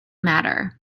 matter